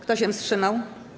Kto się wstrzymał?